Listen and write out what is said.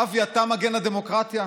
אבי, אתה מגן הדמוקרטיה?